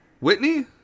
Whitney